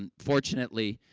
and fortunately,